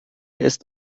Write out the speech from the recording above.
ist